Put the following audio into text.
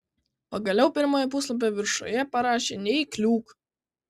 pagaliau pirmojo puslapio viršuje parašė neįkliūk